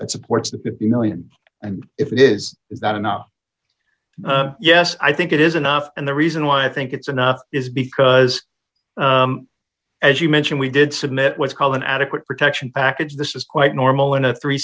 that supports the baby one million and if it is is that enough yes i think it is enough and the reason why i think it's enough is because as you mentioned we did submit what's called an adequate protection package this is quite normal in a three